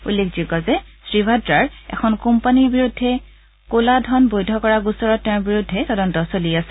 উল্লেখযোগ্য যে শ্ৰীভাদ্ৰাৰ এখন কোম্পানীৰ বিৰুদ্ধে কলা ধন বৈধ কৰা গোচৰত তেওঁৰ বিৰুদ্ধে তদন্ত চলি আছে